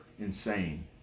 insane